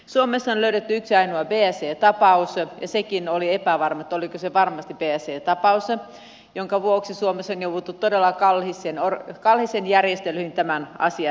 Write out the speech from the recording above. suomessa on löydetty yksi ainoa bse tapaus ja sekin oli epävarmaa oliko se varmasti bse tapaus ja suomessa on jouduttu todella kalliisiin järjestelyihin tämän asian vuoksi